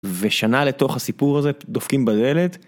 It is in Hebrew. ושנה לתוך הסיפור הזה דופקים בדלת.